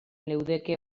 leudeke